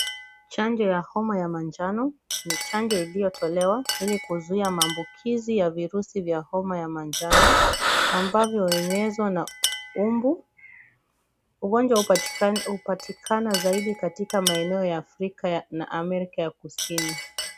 Chanjo ya homa ya manjano, ni chanjo iliyotolewa ili kuzuia maambukizi ya virusi vya homa ya manjano, ambavyo uenezwa na mbu, ugonjwa upatikana zaidi katika maeneo ya Afrika na Amerika ya kusini.